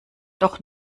doch